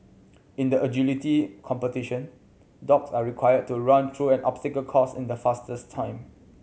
in the agility competition dogs are required to run through an obstacle course in the fastest time